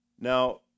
Now